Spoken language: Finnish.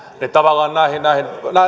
niin tavallaan näihin